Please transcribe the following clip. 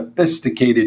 sophisticated